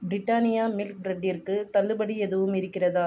Britannia milk பிரெட்டிற்கு தள்ளுபடி எதுவும் இருக்கிறதா